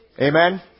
Amen